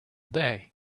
day